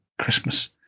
christmas